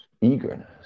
Eagerness